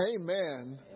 Amen